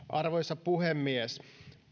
arvoisa puhemies